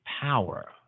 power